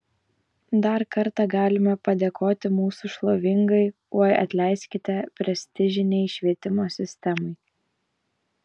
dar kartą galime padėkoti mūsų šlovingai oi atleiskite prestižinei švietimo sistemai